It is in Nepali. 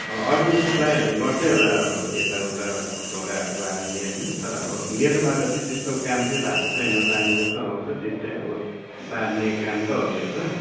अब अरू सप्लायरहरूले गर्दै होला अब यताउता झोडाहरको हाल्ने होइन तर अब मेरोमा त त्यस्तो काम चाहिँ भएको छैन पानी जस्तो आउँछ त्यस्तै अब बाड्ने काम त हो मेरो त